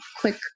quick